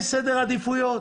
יש סדר עדיפויות,